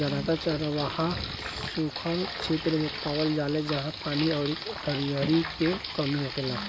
जादातर चरवाह सुखल क्षेत्र मे पावल जाले जाहा पानी अउरी हरिहरी के कमी होखेला